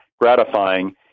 gratifying